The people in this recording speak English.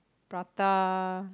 prata